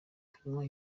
kunywa